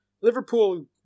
Liverpool